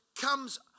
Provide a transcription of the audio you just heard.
comes